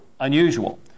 unusual